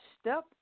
step